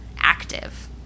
active